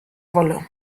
wolle